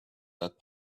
that